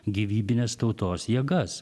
gyvybines tautos jėgas